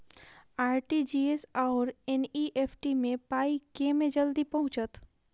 RTGS आओर NEFT मे पाई केँ मे जल्दी पहुँचत?